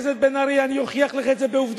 חבר הכנסת בן-ארי, אני אוכיח לך את זה בעובדות.